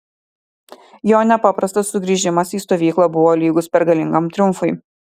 jo nepaprastas sugrįžimas į stovyklą buvo lygus pergalingam triumfui